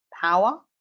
power